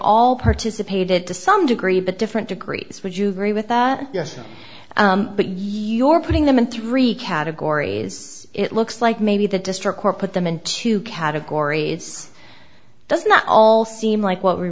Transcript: all participated to some degree but different degrees would you agree with that yes but your putting them in three categories it looks like maybe the district court put them into categories does not all seem like what we